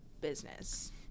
business